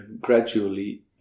gradually